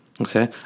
Okay